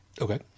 Okay